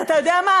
אז אתה יודע מה?